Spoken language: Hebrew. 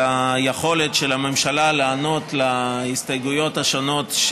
היכולת של הממשלה לענות להסתייגויות השונות,